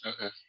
okay